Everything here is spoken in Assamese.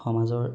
সমাজৰ